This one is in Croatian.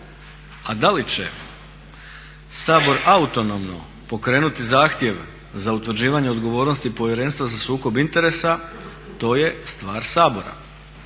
a da li će Sabor autonomno pokrenuti zahtjev za utvrđivanje odgovornosti Povjerenstva za sukob interesa to je stvar Sabora.